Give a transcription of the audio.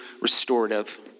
restorative